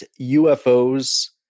UFOs